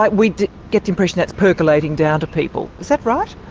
like we get the impression that's percolating down to people. is that right?